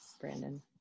Brandon